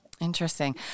Interesting